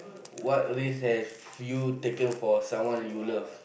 what risk has you taken for someone you love